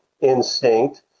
instinct